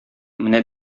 менә